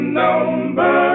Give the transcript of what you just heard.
number